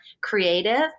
creative